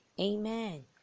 Amen